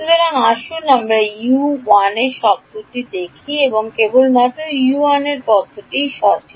সুতরাং আসুন আমরা ইউ 1 শব্দটি দেখি সেখানে কেবলমাত্র U1 পদটি সঠিক